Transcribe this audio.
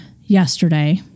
yesterday